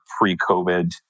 pre-COVID